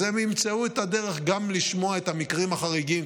אז הם ימצאו את הדרך גם לשמוע את המקרים החריגים,